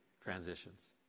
transitions